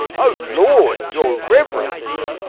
oh, lord! your reverence